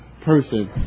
person